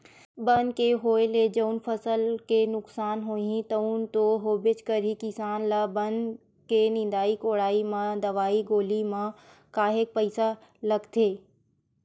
बन के होय ले जउन फसल के नुकसान होही तउन तो होबे करही किसान ल बन के निंदई कोड़ई म दवई गोली म काहेक पइसा लागथे